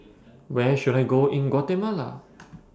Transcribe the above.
Where should I Go in Guatemala